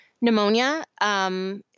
Pneumonia